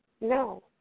No